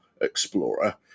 explorer